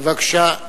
בבקשה.